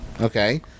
Okay